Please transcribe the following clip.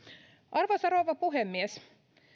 arvoisa rouva puhemies